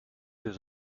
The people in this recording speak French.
deux